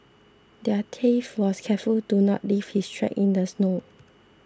the thief was careful to not leave his tracks in the snow